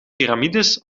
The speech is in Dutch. piramides